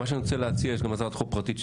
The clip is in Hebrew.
מה שאני רוצה להציע יש גם הצעת חוק שהגשתי,